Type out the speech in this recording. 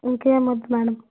ఇంకేం వద్దు మేడం